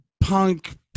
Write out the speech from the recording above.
punk